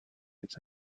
its